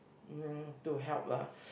mm to help lah